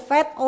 Fat